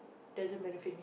doesn't benefit me